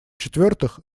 четвертых